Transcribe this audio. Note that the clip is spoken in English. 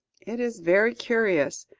it is very curious.